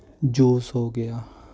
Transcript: juice ਹੋ ਗਿਆ